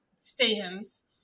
stands